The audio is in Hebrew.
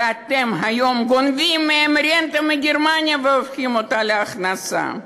ואתם היום גונבים מהם רנטה מגרמניה והופכים אותה להכנסה.